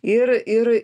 ir ir